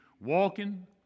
walking